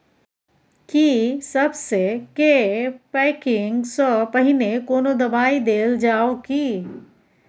की सबसे के पैकिंग स पहिने कोनो दबाई देल जाव की?